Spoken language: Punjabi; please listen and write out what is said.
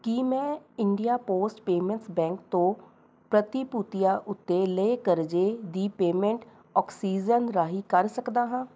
ਕੀ ਮੈਂ ਇੰਡੀਆ ਪੋਸਟ ਪੇਮੈਂਟਸ ਬੈਂਕ ਤੋਂ ਪ੍ਰਤੀ ਭੂਤੀਆਂ ਉੱਤੇ ਲਏ ਕਰਜ਼ੇ ਦੀ ਪੇਮੈਂਟ ਓਕਸੀਜਨ ਰਾਹੀਂ ਕਰ ਸਕਦਾ ਹਾਂ